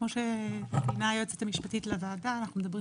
כמו שציינה היועצת המשפטית לוועדה אנחנו מדברים